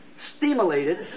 stimulated